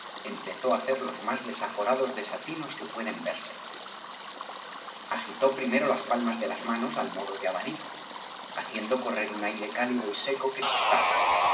empezó á hacer los más desaforados desatinos que pueden verse agitó primero las palmas de las manos al modo de abanico haciendo correr un aire cálido y seco que tostaba